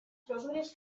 рост